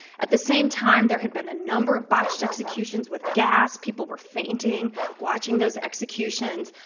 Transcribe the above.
at the same time, there had been a number of botched executions with gas. people were fainting watching those executions.